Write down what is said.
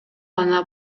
гана